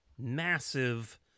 massive